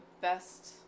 best